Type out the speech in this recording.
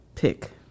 Pick